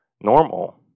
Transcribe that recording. normal